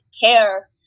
care